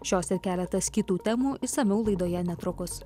šios ir keletas kitų temų išsamiau laidoje netrukus